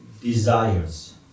desires